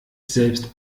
selbst